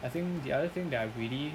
I think the other thing that I really